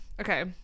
Okay